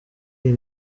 iyi